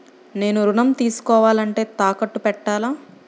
నేను ఋణం తీసుకోవాలంటే తాకట్టు పెట్టాలా?